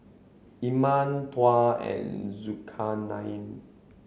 Iman Tuah and Zulkarnain